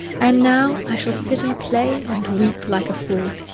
and now, i shall sit and play, and weep like a fool.